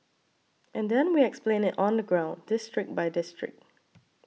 and then we explained it on the ground district by district